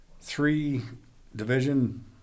three-division